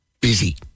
busy